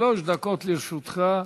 שלוש דקות לרשותך,